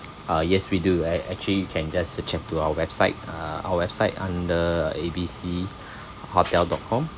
ah yes we do act~ actually you can just uh check to our website uh our website under uh A B C hotel dot com